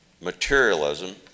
materialism